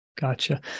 gotcha